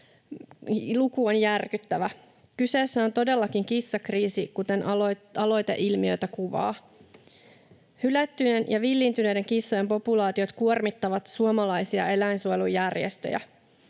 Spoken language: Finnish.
Luku on järkyttävä. Kyseessä on todellakin kissakriisi, kuten aloite ilmiötä kuvaa. Hylättyjen ja villiintyneiden kissojen populaatiot kuormittavat suomalaisia eläinsuojelujärjestöjä.